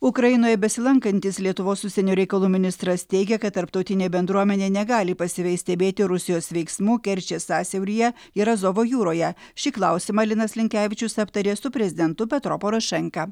ukrainoj besilankantis lietuvos užsienio reikalų ministras teigė kad tarptautinė bendruomenė negali pasyviai stebėti rusijos veiksmų kerčės sąsiauryje ir azovo jūroje šį klausimą linas linkevičius aptarė su prezidentu petro porošenka